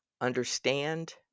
understand